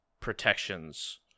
protections